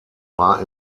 war